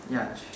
ya